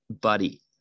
Buddy